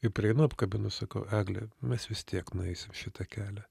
ir prieinu apkabinu sakau egle mes vis tiek nueisim šitą kelią